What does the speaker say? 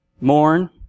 Mourn